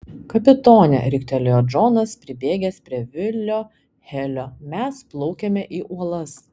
kapitone riktelėjo džonas pribėgęs prie vilio helio mes plaukiame į uolas